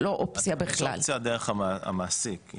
המעסיק הולך להיכנס איתה לאזור האישי?